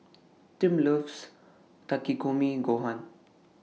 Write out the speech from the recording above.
Tim loves Takikomi Gohan